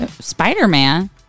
Spider-Man